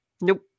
Nope